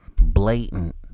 blatant